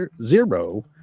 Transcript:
Zero